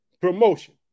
Promotion